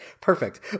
Perfect